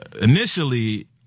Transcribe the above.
initially